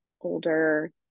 older